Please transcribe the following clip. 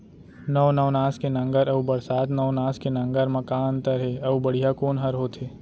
नौ नवनास के नांगर अऊ बरसात नवनास के नांगर मा का अन्तर हे अऊ बढ़िया कोन हर होथे?